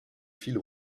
fil